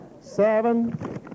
seven